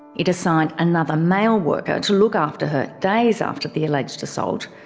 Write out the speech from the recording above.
it assigned another male worker to look after her days after the alleged assault,